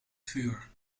vuur